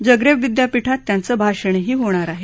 Zagreb विद्यापिठात त्यांचं भाषणही होणार आहे